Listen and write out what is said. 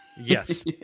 Yes